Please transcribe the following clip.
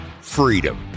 freedom